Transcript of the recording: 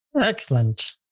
Excellent